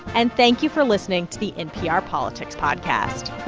and thank you for listening to the npr politics podcast